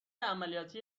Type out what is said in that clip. عملیاتی